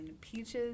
peaches